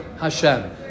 Hashem